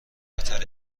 قطر